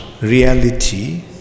reality